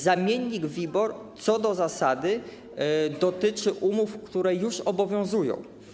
Zamiennik WIBOR co do zasady dotyczy umów, które już obowiązują.